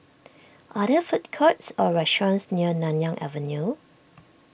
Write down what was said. are there food courts or restaurants near Nanyang Avenue